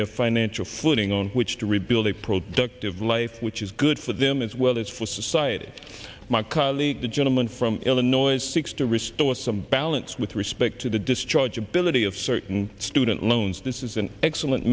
their financial footing on which to rebuild a productive life which is good for them as well as for society my colleague the gentleman from illinois seeks to restore some balance with respect to the discharge ability of certain student loans this is an excellent